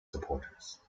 supporters